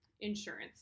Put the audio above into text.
insurance